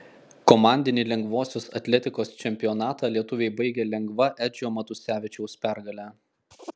komandinį lengvosios atletikos čempionatą lietuviai baigė lengva edžio matusevičiaus pergale